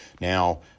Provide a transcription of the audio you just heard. Now